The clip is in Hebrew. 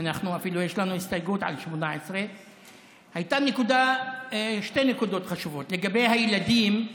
לנו יש אפילו הסתייגות על 18. היו שתי נקודות חשובות: לגבי הילדים,